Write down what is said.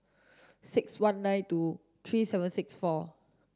six one nine two three seven six four